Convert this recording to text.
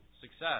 Success